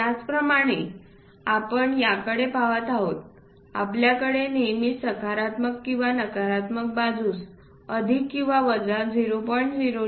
त्याचप्रमाणे आपण याकडे पहात आहोत आपल्याकडे नेहमी सकारात्मक किंवा नकारात्मक बाजूस अधिक किंवा वजा 0